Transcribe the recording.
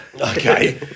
Okay